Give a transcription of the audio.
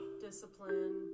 discipline